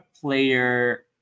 player